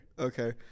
Okay